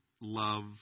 Love